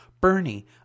Bernie